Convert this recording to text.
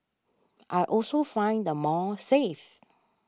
I also find the mall safe